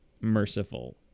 merciful